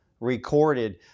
recorded